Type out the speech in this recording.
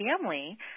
family